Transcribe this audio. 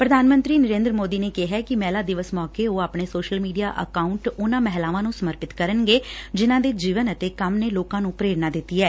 ਪ੍ਧਾਨ ਮੰਤਰੀ ਨਰੇਂਦਰ ਮੋਦੀ ਨੇ ਕਿਹੈ ਕਿ ਮਹਿਲਾ ਦਿਵਸ ਮੌਕੇ ਉਹ ਆਪਣੇ ਸੋਸ਼ਲ ਮੀਡੀਆ ਅਕਾਊਂਟ ਉਨੂਾ ਮਹਿਲਾਵਾਂ ਨੂੰ ਸਮਰਪਿਤ ਕਰਨਗੇ ਜਿਨੂਾ ਦੇ ਜੀਵਨ ਅਤੇ ਕੰਮ ਨੇ ਲੋਕਾਂ ਨੂੰ ਪ੍ਰੇਰਣਾ ਦਿੱਤੀ ਐ